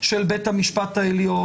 של בית המשפט העליון,